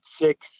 six